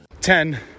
ten